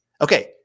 Okay